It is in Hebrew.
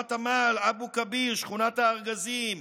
גבעת עמל, אבו כביר, שכונת הארגזים,